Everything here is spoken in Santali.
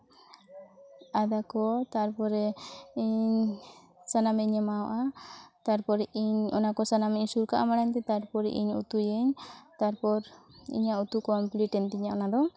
ᱟᱫᱟ ᱠᱚ ᱛᱟᱨᱯᱚᱨᱮ ᱥᱟᱱᱟᱢᱤᱧ ᱮᱢᱟᱣᱟᱜᱼᱟ ᱛᱟᱨᱯᱚᱨᱮ ᱤᱧ ᱚᱱᱟ ᱠᱚ ᱥᱟᱱᱟᱢᱜ ᱤᱧ ᱥᱩᱨ ᱠᱟᱜᱼᱟ ᱢᱟᱲᱟᱝᱛᱮ ᱛᱟᱨᱯᱚᱨᱮ ᱤᱧ ᱩᱛᱩᱭᱤᱧ ᱛᱟᱨᱯᱚᱨ ᱤᱧᱟᱹᱜ ᱩᱛᱩ ᱠᱚᱢᱯᱞᱤᱴᱮᱱ ᱛᱤᱧᱟᱹ ᱚᱱᱟ ᱫᱚ